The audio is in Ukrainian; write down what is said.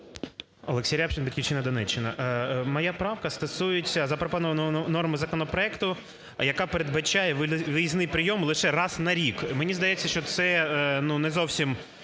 Олексій Рябчин, "Батьківщина", Донеччина. Моя правка стосується запропонованої норми законопроекту, яка передбачає виїзний прийом лише раз на рік. Мені здається, що це, ну, не зовсім,